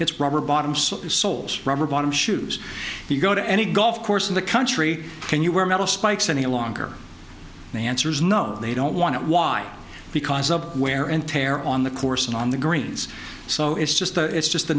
it's rubber bottoms soles rubber bottom shoes you go to any golf course in the country can you wear metal spikes any longer and the answer is no they don't want to why because of where and tear on the course and on the greens so it's just it's just the